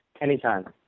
anytime